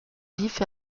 vifs